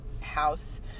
house